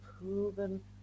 proven